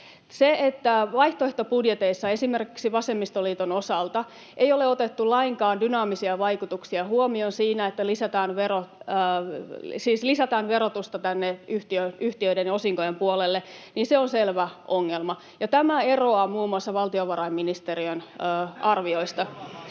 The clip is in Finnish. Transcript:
se, että vaihtoehtobudjeteissa, esimerkiksi vasemmistoliiton osalta, ei ole otettu lainkaan dynaamisia vaikutuksia huomioon siinä, että lisätään verotusta tänne yhtiöiden ja osinkojen puolelle, on selvä ongelma, ja tämä eroaa muun muassa valtiovarainministeriön arvioista.